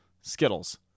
Skittles